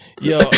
Yo